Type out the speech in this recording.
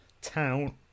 town